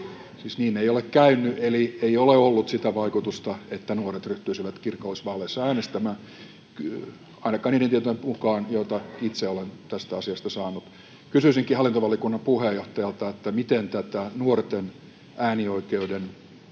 niin ei ole käynyt. Ei ole ollut sitä vaikutusta, että nuoret ryhtyisivät kirkollisvaaleissa äänestämään, ei ainakaan niiden tietojen mukaan, joita itse olen tästä asiasta saanut. Kysyisinkin hallintovaliokunnan puheenjohtajalta, miten tätä nuorten äänestysaktiivisuuden